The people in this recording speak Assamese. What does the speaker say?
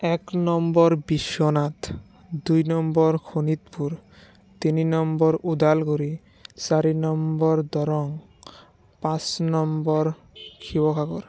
এক নম্বৰ বিশ্বনাথ দুই নম্বৰ শোণিতপুৰ তিনি নম্বৰ ওদালগুৰি চাৰি নম্বৰ দৰং পাঁচ নম্বৰ শিৱসাগৰ